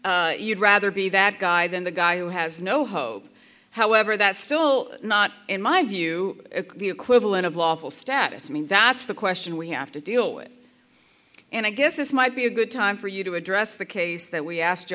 line you'd rather be that guy than the guy who has no hope however that's still not in my view the equivalent of lawful status i mean that's the question we have to deal with and i guess this might be a good time for you to address the case that we asked you